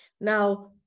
Now